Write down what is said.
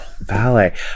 ballet